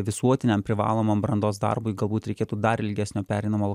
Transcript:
visuotiniam privalomam brandos darbui galbūt reikėtų dar ilgesnio pereinamojo